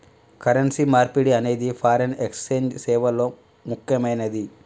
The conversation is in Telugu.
కరెన్సీ మార్పిడి అనేది ఫారిన్ ఎక్స్ఛేంజ్ సేవల్లో ముక్కెమైనది